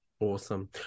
Awesome